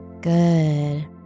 Good